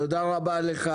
תודה רבה לך